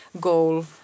goal